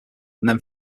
then